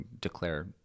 declare